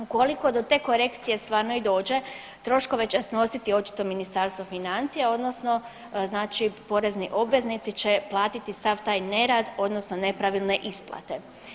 Ukoliko do te korekcije stvarno i dođe troškove će snositi očito Ministarstvo financija odnosno znači porezni obveznici će platiti sav taj nerad odnosno nepravilne isplate.